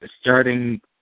starting